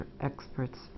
Experts